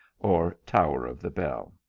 or tower of the bell.